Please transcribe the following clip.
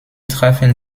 trafen